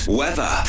weather